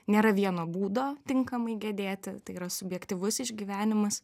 nėra vieno būdo tinkamai gedėti tai yra subjektyvus išgyvenimas